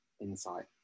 insight